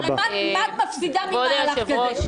הרי מה את מפסידה ממהלך כזה?